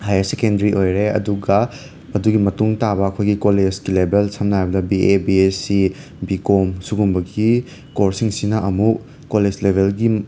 higher secondary ꯑꯣꯏꯔꯦ ꯑꯗꯨꯒ ꯑꯗꯨꯒꯤ ꯃꯇꯨꯡ ꯇꯥꯕ ꯑꯩꯈꯣꯏꯒꯤ ꯀꯣꯂꯦꯁꯀꯤ ꯂꯦꯕꯦꯜ ꯁꯝꯅ ꯍꯥꯏꯔꯕꯗ ꯕꯤ ꯑꯦ ꯕꯤ ꯑꯦꯁꯤ ꯕꯤ ꯀꯣꯝ ꯁꯤꯒꯨꯝꯕꯒꯤ ꯀꯣꯔꯁꯁꯤꯡꯁꯤꯅ ꯑꯃꯨꯛ ꯀꯣꯂꯦꯁ ꯂꯦꯕꯦꯜꯒꯤ